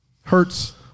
Hurts